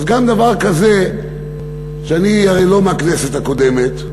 אז גם דבר כזה ואני הרי לא מהכנסת הקודמת,